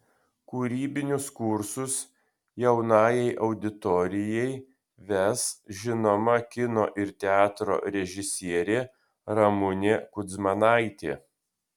kūrybinius kursus jaunajai auditorijai ves žinoma kino ir teatro režisierė ramunė kudzmanaitė